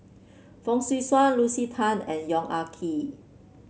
Fong Swee Suan Lucy Tan and Yong Ah Kee